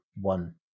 one